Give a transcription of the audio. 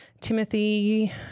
Timothy